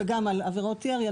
רכישה ועבירות ירי,